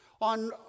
on